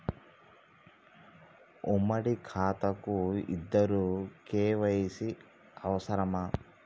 ఉమ్మడి ఖాతా కు ఇద్దరు కే.వై.సీ అవసరమా?